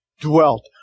dwelt